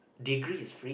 degree is free